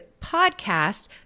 podcast